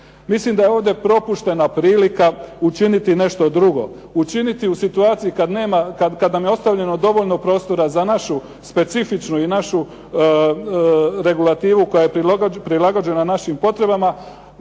Mislim da je ovdje propuštena prilika učiniti nešto drugo, učiniti u situaciji kad nema, kad nam je ostavljeno prostora za našu specifičnu i našu regulativu koja je prilagođena našim potrebama.